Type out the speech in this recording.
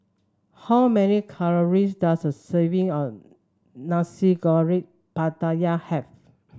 how many calories does a serving of Nasi Goreng Pattaya have